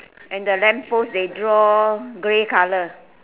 and the lamp post they draw grey color